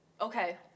Okay